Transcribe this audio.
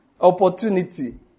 Opportunity